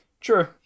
True